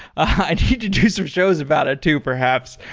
i need to do some shows about it too perhaps,